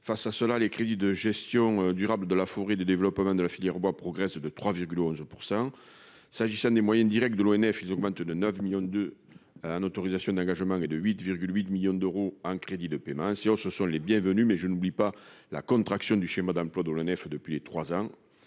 face à cela, les crédits de gestion durable de la forêt de développement de la filière bois progresse de 3,11 % s'agissant des moyens Directs de l'ONF, ils augmentent de 9 millions de 1 autorisations d'engagement et de 8 8 millions d'euros en crédits de paiement si ce sont les bienvenues, mais je n'oublie pas la contraction du schéma d'emplois de l'ONF depuis les 3 ans